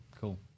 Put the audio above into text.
Cool